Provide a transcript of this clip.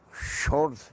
short